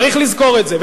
צריך לזכור את זה,